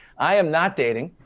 i am not dating.